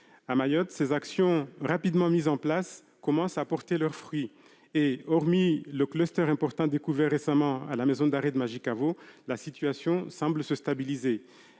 À Mayotte, ces actions rapidement mises en place commencent à porter leurs fruits, et, hormis le cluster important récemment découvert à la prison de Majicavo, la situation semble se stabiliser.